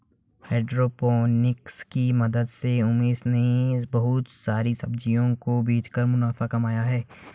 hydroponics की मदद से उमेश ने बहुत सारी सब्जियों को बेचकर मुनाफा कमाया है